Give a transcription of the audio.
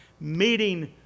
meeting